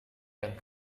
yang